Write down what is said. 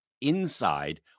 inside